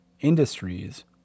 industries